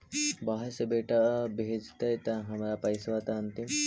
बाहर से बेटा भेजतय त हमर पैसाबा त अंतिम?